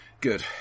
Good